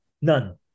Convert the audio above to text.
None